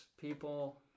people